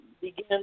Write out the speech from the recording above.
begin